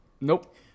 Nope